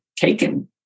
taken